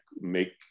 make